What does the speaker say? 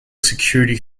security